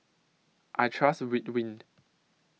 I Trust Ridwind